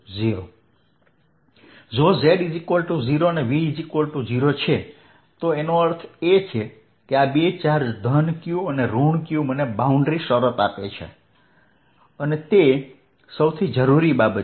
જો z0 v0 છે તો એનો અર્થ એ કે આ બે ચાર્જ ધન q અને ઋણ q મને બાઉન્ડ્રી શરત આપે છે અને તે સૌથી જરૂરી બાબત છે